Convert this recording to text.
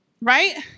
Right